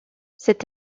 cet